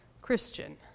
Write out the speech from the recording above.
Christian